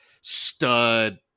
stud